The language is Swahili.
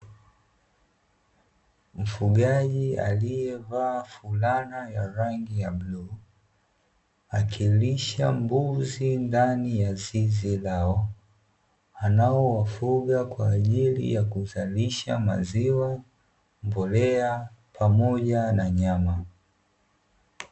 Mfugaji aliyevaa fulana ya rangi ya bluu, akilisha mbuzi ndani ya zizi lao, anaowafuga kwa ajili ya kuzalisha maziwa, mbolea, pamoja na nyama.